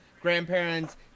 grandparents